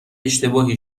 اشتباهی